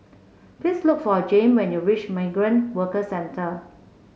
please look for Jame when you reach Migrant Workers Centre